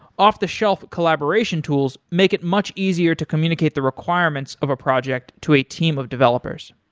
off the-shelf collaboration tools make it much easier to communicate the requirements of a project to a team of developers.